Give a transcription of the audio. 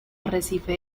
arrecife